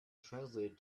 translated